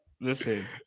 listen